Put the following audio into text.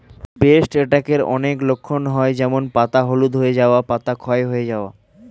paste অ্যাটাকের অনেক লক্ষণ হয় যেমন পাতা হলুদ হয়ে যাওয়া, পাতা ক্ষয় যাওয়া